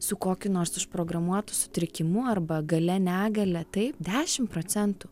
su kokiu nors užprogramuotu sutrikimu arba galia negalia taip dešim procentų